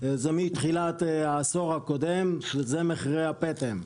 זה מתחילת העשור הקודם, שזה מחירי הפטם.